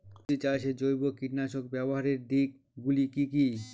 সবজি চাষে জৈব কীটনাশক ব্যাবহারের দিক গুলি কি কী?